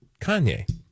Kanye